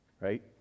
right